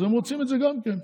אז הם רוצים את זה גם כן.